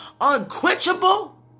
unquenchable